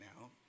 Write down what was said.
now